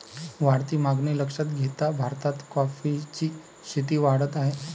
वाढती मागणी लक्षात घेता भारतात कॉफीची शेती वाढत आहे